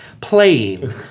playing